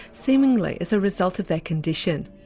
seemingly as a result of their condition.